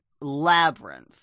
labyrinth